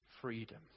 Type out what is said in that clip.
freedom